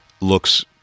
looks